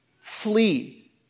Flee